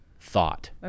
thought